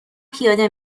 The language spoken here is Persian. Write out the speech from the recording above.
پیاده